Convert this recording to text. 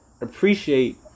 appreciate